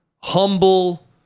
humble